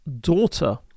daughter